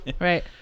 Right